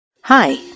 Hi